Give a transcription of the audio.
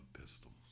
pistols